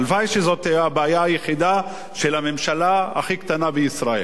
הלוואי שזאת תהיה הבעיה היחידה של הממשלה הכי קטנה בישראל.